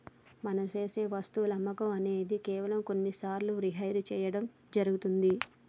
మనం సేసె వస్తువుల అమ్మకం అనేది కేవలం కొన్ని సార్లు రిహైర్ సేయడం జరుగుతుంది